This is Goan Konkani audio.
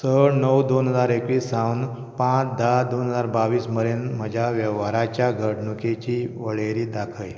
स णव दोन हजार एकवीस सावन पांच धा दोन हजार बाव्वीस मेरेन म्हज्या वेव्हाराच्या घडणुकेची वळेरी दाखय